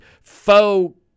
faux